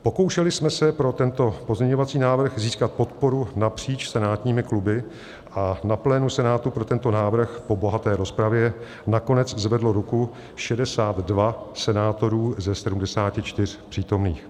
Pokoušeli jsme se pro tento pozměňovací návrh získat podporu napříč senátními kluby a na plénu Senátu pro tento návrh po bohaté rozpravě nakonec zvedlo ruku 62 senátorů ze 74 přítomných.